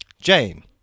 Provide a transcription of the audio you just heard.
Jane